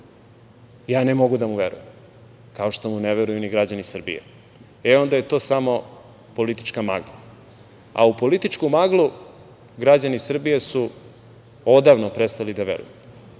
ja ne mogu da mu verujem, kao što mu ne veruju ni građani Srbije. Onda je to samo politička magla. A u političku maglu građani Srbije su odavno prestali da veruju.